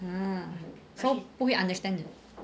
ah so 不会 understand 你